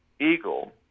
eagle